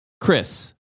Chris